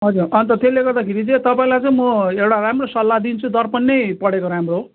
हजुर अन्त त्यसले गर्दाखेरि चाहिँ तपाईँलाई चाहिँ म एउटा राम्रो सल्लाह दिन्छु दर्पण नै पढेको राम्रो हो